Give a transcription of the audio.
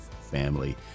family